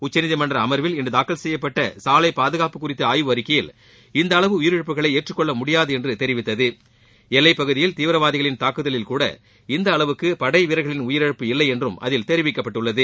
உச்சநீதிமன்ற அமர்வில் இன்று தாக்கல் செய்யப்பட்ட சாலைப் பாதுகாப்பு குறித்த ஆய்வு அறிக்கையில் இந்த அளவு உயிரிழப்புகளை ஏற்றுக்கொள்ள முடியாது என்று தெரிவித்தவ எல்லைப்பகுதியில் தீவிரவாதிகளின் தாக்குதலில்கூட இந்த அளவுக்கு படைவீரர்களின் உயிரிழப்பு இல்லை என்றும் அதில் தெரிவிக்கப்பட்டுள்ளது